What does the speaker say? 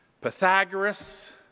Pythagoras